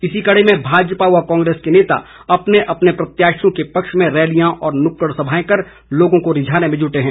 इसी कड़ी में भाजपा व कांग्रेस के नेता अपने अपने प्रत्याशियों के पक्ष में रैलियां व नुक्कड़ सभाएं कर लोगों को रिझाने में जुटे हैं